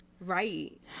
Right